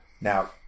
Now